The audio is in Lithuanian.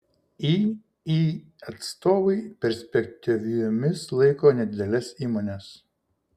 iį atstovai perspektyviomis laiko nedideles įmones